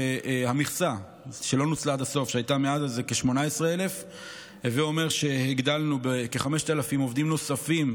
כשהמכסה שלא נוצלה עד הסוף הייתה מעל 18,000. הווה אומר שהגדלנו בכ-5,000 עובדים נוספים,